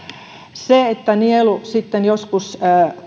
se että nielu sitten joskus